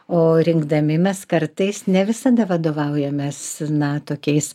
o rinkdami mes kartais ne visada vadovaujamės na tokiais